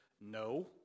No